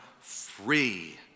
free